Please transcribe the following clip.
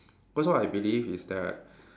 first of all I believe is that